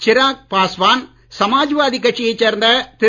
Chirag Paswan Samajwadi கட்சியைச் சேர்ந்த திரு